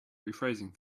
rephrasing